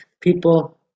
people